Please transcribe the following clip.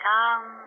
Come